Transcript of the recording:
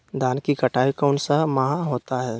धान की कटाई कौन सा माह होता है?